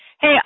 Hey